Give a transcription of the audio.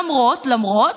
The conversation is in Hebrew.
למרות